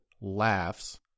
laughs